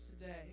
today